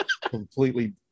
completely